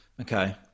okay